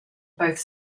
both